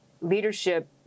Leadership